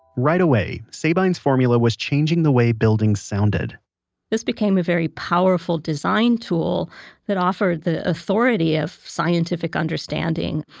right away, sabine's formula was changing the way buildings sounded this became a very powerful design tool that offered the authority of scientific understanding,